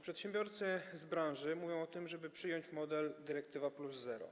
Przedsiębiorcy z branży mówią o tym, żeby przyjąć model: dyrektywa plus zero.